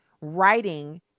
writing